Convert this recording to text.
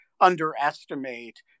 underestimate